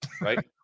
right